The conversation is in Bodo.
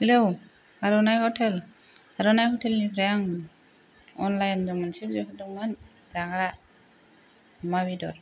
हेल' आर'नाय हटेल आरनाय हटेल निफ्राय आं अनलाइन जों मोनसे बिहरदोंमोन जाग्रा अमा बेदर